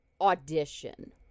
audition